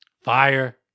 Fire